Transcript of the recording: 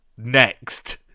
Next